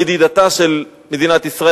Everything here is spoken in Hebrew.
ידידתה של מדינת ישראל.